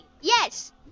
Yes